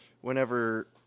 whenever